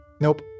Nope